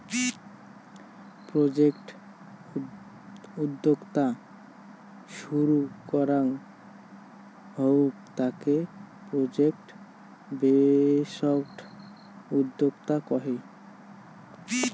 project উদ্যোক্তা শুরু করাঙ হউক তাকে প্রজেক্ট বেসড উদ্যোক্তা কহে